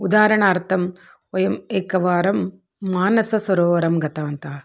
उदाहरणार्थं वयम् एकवारं मानससरोवरं गतवन्तः